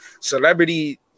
celebrity